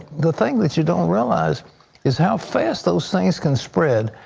the thing that you don't realize is how fast those things can spread.